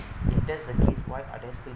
there's a kid why are there still